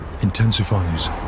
intensifies